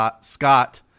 Scott